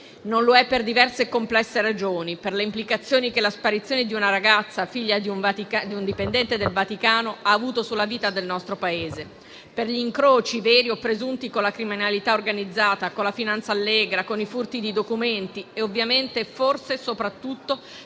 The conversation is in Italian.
non lo è per diverse e complesse ragioni: per le implicazioni che la sparizione di una ragazza, figlia di un dipendente del Vaticano, ha avuto sulla vita del nostro Paese; per gli incroci veri o presunti con la criminalità organizzata, con la finanza allegra o con i furti di documenti; forse e soprattutto